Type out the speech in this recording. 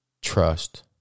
Trust